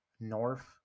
north